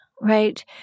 right